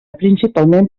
principalment